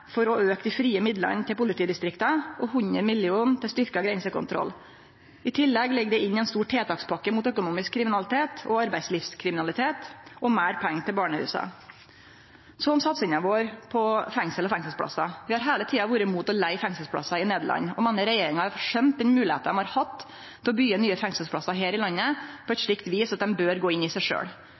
for å auke dei frie midlane til politidistrikta og 100 mill. kr til styrkt grensekontroll. I tillegg ligg det inne ein stor tiltakspakke mot økonomisk kriminalitet og arbeidslivskriminalitet og meir pengar til barnehusa. Om satsinga vår på fengsel og fengselsplassar: Vi har heile tida vore mot å leige fengselsplassar i Nederland og meiner regjeringa har forsømt den moglegheita dei har hatt til å byggje nye fengselsplassar her i landet, på eit slikt vis at dei bør gå i seg